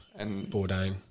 Bourdain